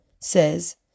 says